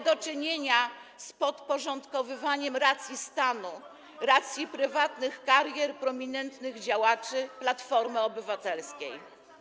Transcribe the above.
do czynienia z podporządkowywaniem racji stanu racji prywatnych karier prominentnych działaczy Platformy Obywatelskiej.